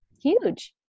huge